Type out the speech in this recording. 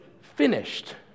finished